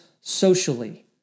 socially